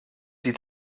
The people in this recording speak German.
die